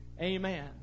Amen